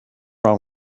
wrong